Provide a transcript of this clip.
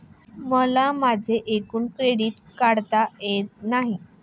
मला माझे एकूण क्रेडिट काढता येत नाही